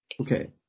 Okay